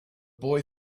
boy